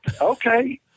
Okay